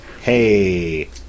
hey